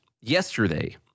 yesterday